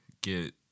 Get